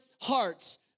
hearts